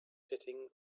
sitting